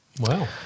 Wow